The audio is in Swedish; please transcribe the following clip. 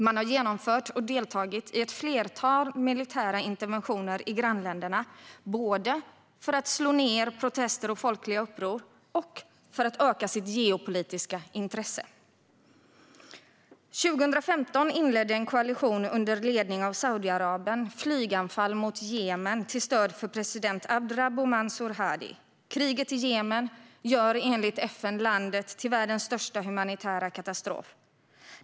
De har genomfört och deltagit i ett flertal militära interventioner i grannländerna, både för att slå ner protester och folkliga uppror och för att öka sitt geopolitiska inflytande. År 2015 inledde en koalition under ledning av Saudiarabien flyganfall mot Jemen till stöd för president Abd Rabbu Mansur Hadi. Kriget i Jemen gör enligt FN landet till världens största humanitära katastrof.